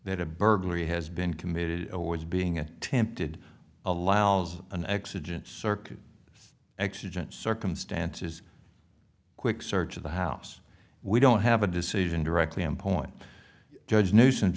that a burglary has been committed was being attempted allows an accident circuit exigent circumstances quick search of the house we don't have a decision directly on point judge nuisance